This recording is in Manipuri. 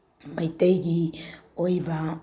ꯃꯩꯇꯩꯒꯤ ꯑꯣꯏꯕ